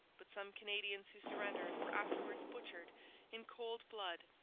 but some canadians who surrendered were afterwards butchered in cold blood,